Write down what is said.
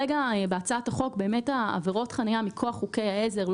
בהצעת החוק עבירות החניה מכוח חוקי העזר,